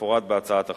כמפורט בהצעת החוק.